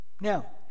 Now